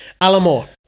Alamore